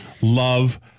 Love